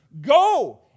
Go